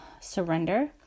surrender